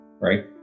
right